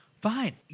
Fine